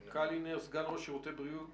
סגן ראש שירותי בריאות